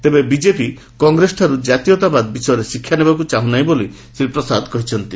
ତେବେ ବିକେପି କଂଗ୍ରେସଠାରୁ କାତୀୟତାବାଦ ବିଷୟରେ ଶିକ୍ଷା ନେବାକୃ ଚାହ୍ର ନାହିଁ ବୋଲି ଶ୍ରୀ ପ୍ରସାଦ କହିଛନ୍ତି